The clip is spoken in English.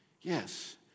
Yes